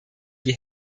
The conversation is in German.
die